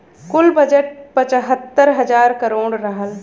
कुल बजट पचहत्तर हज़ार करोड़ रहल